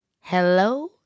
Hello